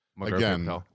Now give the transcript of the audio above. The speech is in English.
Again